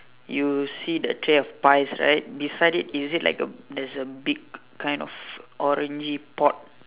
you see the tray of piles right beside it is it like a big kind of orangey pot